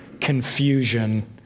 confusion